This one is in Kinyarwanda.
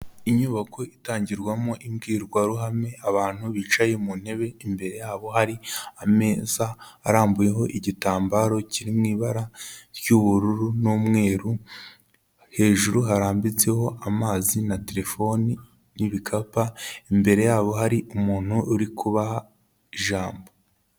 Inyubako itangirwamo imbwirwaruhame abantu bicaye mu ntebe imbere yabo hari ameza arambuyeho igitambaro kiri mu ibara ry'ubururu n'umweru, hejuru harambitseho amazi na telefoni n'ibikapa, imbere yabo hari umuntu uri kubaha ijambo.